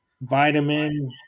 vitamin